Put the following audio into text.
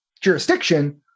jurisdiction